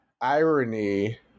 irony